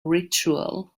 ritual